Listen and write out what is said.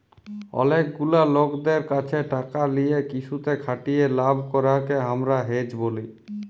অলেক গুলা লকদের ক্যাছে টাকা লিয়ে কিসুতে খাটিয়ে লাভ করাককে হামরা হেজ ব্যলি